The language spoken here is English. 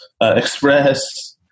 Express